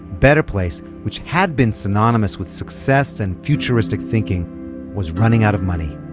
better place which had been synonymous with success and futuristic thinking was running out of money.